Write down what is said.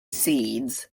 seeds